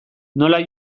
nola